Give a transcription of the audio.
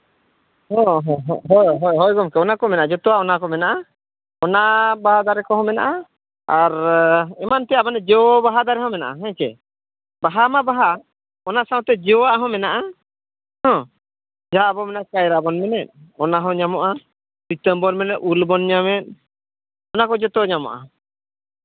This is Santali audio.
ᱦᱮᱸ ᱦᱮᱸ ᱦᱳᱭ ᱦᱳᱭ ᱜᱚᱢᱠᱮ ᱚᱱᱟᱠᱚ ᱢᱮᱱᱟᱜᱼᱟ ᱡᱚᱛᱚᱣᱟᱜ ᱚᱱᱟ ᱠᱚ ᱢᱮᱱᱟᱜᱼᱟ ᱚᱱᱟ ᱵᱟᱦᱟ ᱫᱟᱨᱮ ᱠᱚᱦᱚᱸ ᱢᱮᱱᱟᱜᱼᱟ ᱮᱢᱟᱱ ᱛᱮᱭᱟᱜ ᱢᱟᱱᱮ ᱡᱚ ᱵᱟᱦᱟ ᱫᱟᱨᱮ ᱦᱚᱸ ᱢᱮᱱᱟᱜᱼᱟ ᱦᱮᱸ ᱪᱮ ᱵᱟᱦᱟ ᱢᱟ ᱵᱟᱦᱟ ᱚᱱᱟ ᱥᱟᱶᱛᱮ ᱡᱚᱣᱟᱜ ᱦᱚᱸ ᱢᱮᱱᱟᱜᱼᱟ ᱦᱮᱸ ᱡᱟ ᱵᱚᱱ ᱢᱮᱱᱮᱫ ᱚᱱᱟ ᱦᱚᱸ ᱧᱟᱢᱚᱜᱼᱟ ᱩᱞ ᱵᱚᱱ ᱧᱟᱢᱮᱫ ᱚᱱᱟ ᱠᱚ ᱡᱚᱛᱚ ᱧᱟᱢᱚᱜᱼᱟ